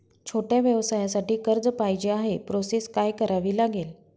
छोट्या व्यवसायासाठी कर्ज पाहिजे आहे प्रोसेस काय करावी लागेल?